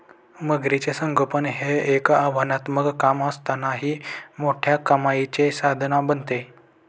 मगरीचे संगोपन हे एक आव्हानात्मक काम असतानाही मोठ्या कमाईचे साधन बनते